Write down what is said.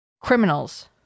criminals